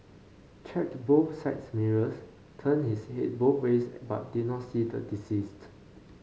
checked both side mirrors turned his head both ways but did not see the deceased